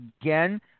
again